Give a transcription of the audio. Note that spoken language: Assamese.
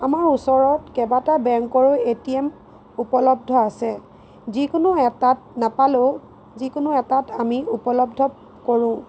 আমাৰ ওচৰত কেইবাটাও বেংকৰ এটিএম উপলব্ধ আছে যিকোনো এটাত নাপালেও যিকোনো এটাত আমি উপলব্ধ কৰোঁ